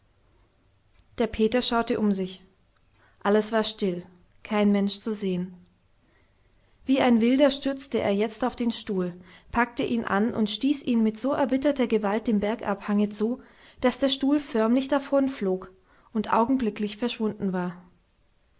der peter schaute um sich alles war still kein mensch zu sehen wie ein wilder stürzte er jetzt auf den stuhl packte ihn an und stieß ihn mit so erbitterter gewalt dem bergabhange zu daß der stuhl förmlich davonflog und augenblicklich verschwunden war